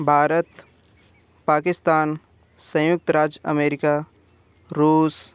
बारत पाकिस्तान संयुक्त राज्य अमेरिका रूस